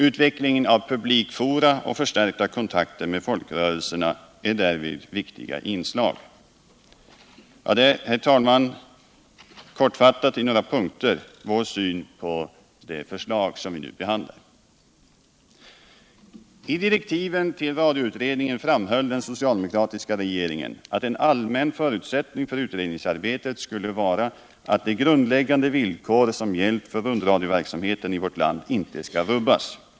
Utvecklingen av publikfora och förstärkta kontakter med folkrörelserna är därvid viktiga inslag. Detta är, herr talman, kortfattat i några punkter vår syn på det förslag som vi nu behandlar. I direktiven till radioutredningen framhöll den socialdemokratiska regeringen att en allmän förutsättning för utredningsarbetet skulle vara att de grundläggande villkor som gällt för rundradioverksamheten i vårt land inte skall rubbas.